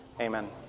Amen